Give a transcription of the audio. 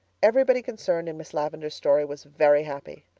everybody concerned in miss lavendar's story was very happy.